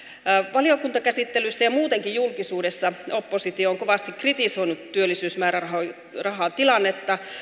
valiokuntakäsittelyssä ja muutenkin julkisuudessa oppositio on kovasti kritisoinut työllisyysmäärärahatilannetta